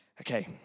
Okay